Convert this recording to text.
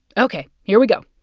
ok. here we go